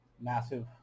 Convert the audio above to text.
massive